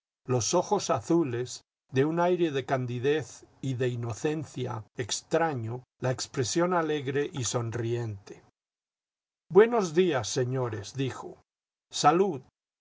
los ojos azules de un aire de candidez y de inocencia extraño la expresión alegre y sonriente buenos días señores dijo salud